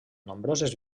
nombroses